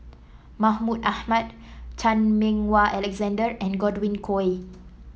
Mahmud Ahmad Chan Meng Wah Alexander and Godwin Koay